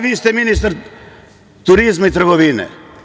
Vi ste ministar turizma i trgovine.